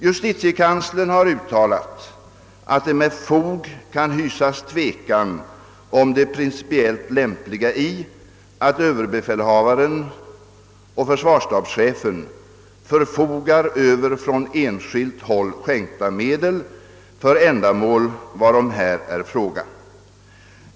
Justitiekanslern har uttalat att det med fog kan hysas tvekan om det principiellt lämpliga i att överbefälhavaren och försvarsstabschefen förfogar över från enskilt håll skänkta medel för ändamål varom här är fråga.